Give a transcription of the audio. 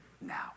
now